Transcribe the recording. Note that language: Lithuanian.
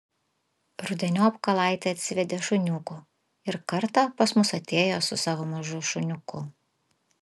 rudeniop kalaitė atsivedė šuniukų ir kartą pas mus atėjo su savo mažu šuniuku